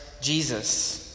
Jesus